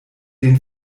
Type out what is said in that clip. den